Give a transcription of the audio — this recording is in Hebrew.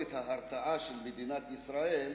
יכולת ההרתעה של מדינת ישראל,